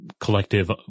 collective